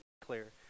clear